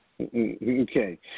Okay